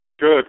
Good